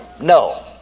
No